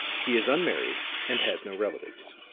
he is unmarried and has no relatives.